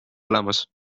olemas